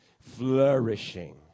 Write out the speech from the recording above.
flourishing